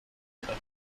alte